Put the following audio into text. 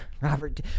Robert